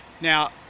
now